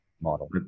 model